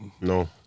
No